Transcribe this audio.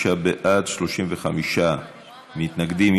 56 בעד, 35 מתנגדים.